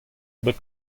bet